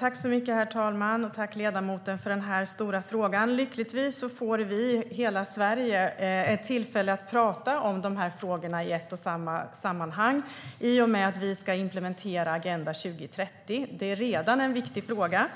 Herr talman! Jag tackar ledamoten för denna stora fråga. Lyckligtvis får vi - hela Sverige - ett tillfälle att prata om dessa frågor i ett och samma sammanhang i och med att vi ska implementera Agenda 2030. Det är redan en viktig fråga.